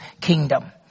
kingdom